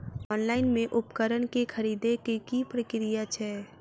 Online मे उपकरण केँ खरीदय केँ की प्रक्रिया छै?